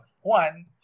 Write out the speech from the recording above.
One